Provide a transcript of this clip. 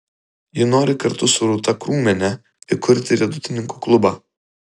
ji nori kartu su rūta krūmiene įkurti riedutininkų klubą